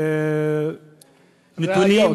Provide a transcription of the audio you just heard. ראיות.